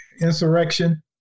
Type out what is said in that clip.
insurrection